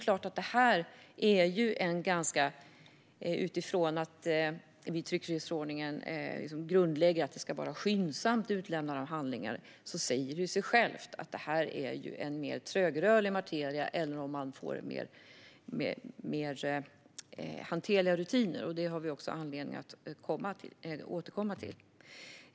Utifrån att det i tryckfrihetsförordningen är grundläggande att det ska vara ett skyndsamt utlämnande av handlingar säger det sig självt att detta är en mer trögrörlig materia än om man får mer hanterliga rutiner. Det har vi också anledning att återkomma till.